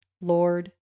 Lord